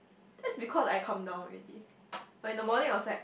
that's because I calm down already but in the morning I was like